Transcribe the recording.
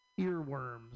earworms